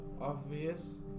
obvious